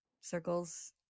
circles